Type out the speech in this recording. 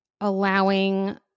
allowing